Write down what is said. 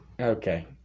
okay